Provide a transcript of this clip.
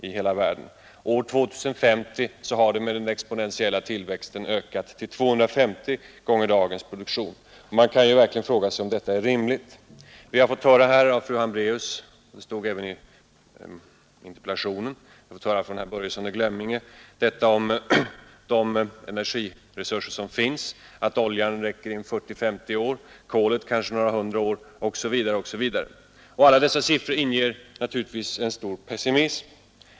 År 2050 kommer världens elförbrukning på grund av den exponentiella tillväxttakten att ha ökat till 250 gånger dagens produktion. Man kan verkligen fråga sig om detta är rimligt. Vi har fått höra av fru Hambraeus — det stod även i interpellationen — och vi fick höra av herr Börjesson i Glömminge att de energiresurser som finns inte kommer att räcka så länge — oljan i 40—50 år, kolet kanske några hundra år osv. Alla dessa siffror inger stor pessimism.